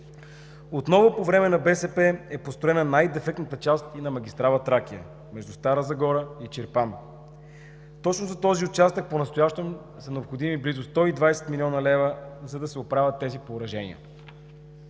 Отново по време на БСП е построена най-дефектната част и на магистрала „Тракия“ – между Стара Загора и Чирпан. Точно за този участък понастоящем са необходими близо 120 млн. лв., за да се оправят тези поражения.